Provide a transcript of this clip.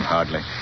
Hardly